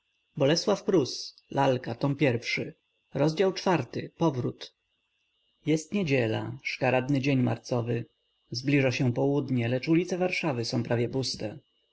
ciekawym co on zrobi ciekawym jest niedziela szkaradny dzień marcowy zbliża się południe lecz ulice warszawy są prawie puste